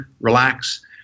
relax